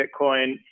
Bitcoin